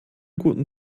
guten